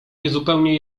niezupełnie